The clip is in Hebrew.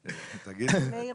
רעיון,